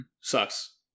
sucks